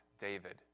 David